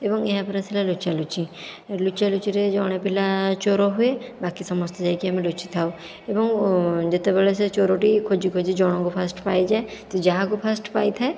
ଏବଂ ଏହାପରେ ଥିଲା ଲୁଚାଲୁଚି ଲୁଚାଲୁଚିରେ ଜଣେ ପିଲା ଚୋର ହୁଏ ବାକି ସମସ୍ତେ ଯାଇକି ଆମେ ଲୁଚିଥାଉ ଏବଂ ଯେତେବେଳେ ସେ ଚୋରଟି ଖୋଜି ଖୋଜି ଜଣଙ୍କୁ ଫାର୍ଷ୍ଟ ପାଇଯାଏ ସେ ଯାହାକୁ ଫାର୍ଷ୍ଟ ପାଇଥାଏ